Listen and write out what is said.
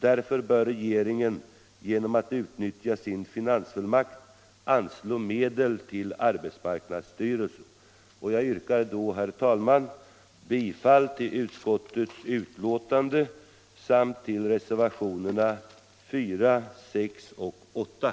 Därför bör regeringen genom att utnyttja sin finansfullmakt anslå medel till arbetsmarknadsstyrelsen. Jag yrkar, herr talman, bifall till reservationen 4 och i övrigt bifall till utskottets hemställan.